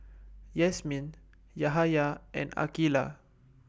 Yasmin Yahaya and Aqilah